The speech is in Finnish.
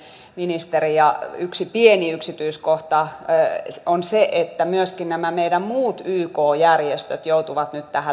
minäkin olen entinen ministeri ja yksi pieni yksityiskohta on se että myöskin nämä meidän muut yk järjestömme joutuvat nyt tähän leikkuriin